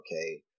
okay